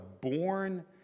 born